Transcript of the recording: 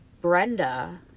Brenda